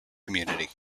community